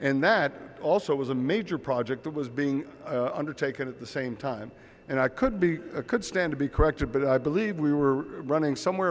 and that also was a major project that was being undertaken at the same time and i could be could stand to be corrected but i believe we were running somewhere